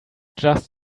just